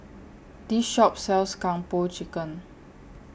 This Shop sells Kung Po Chicken